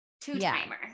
Two-timer